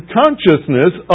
consciousness